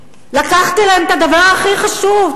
לקחת להם את הדבר הכי חשוב,